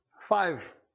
five